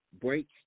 break